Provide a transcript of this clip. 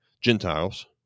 Gentiles